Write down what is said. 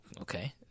Okay